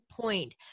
point